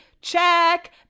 check